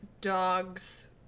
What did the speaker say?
dogs